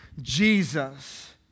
Jesus